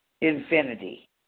infinity